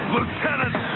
Lieutenant